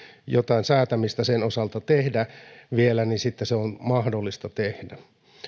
jotain säätämistä sen osalta tehdä vielä sitten se on mahdollista tehdä